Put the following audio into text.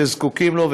שזקוקים לו,